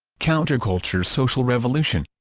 counterculture social revolution